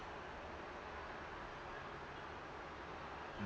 mm